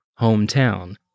hometown